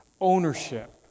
ownership